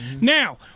Now